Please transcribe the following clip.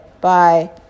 Bye